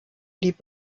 blieb